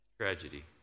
tragedy